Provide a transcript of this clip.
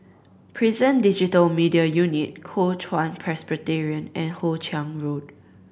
Prison Digital Media Unit Kuo Chuan Presbyterian and Hoe Chiang Road